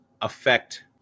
affect